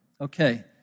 Okay